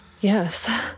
Yes